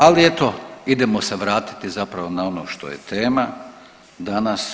Ali eto idemo se vratiti zapravo na ono što je tema danas.